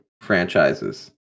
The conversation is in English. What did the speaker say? franchises